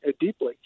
deeply